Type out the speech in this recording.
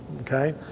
Okay